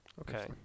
Okay